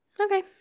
Okay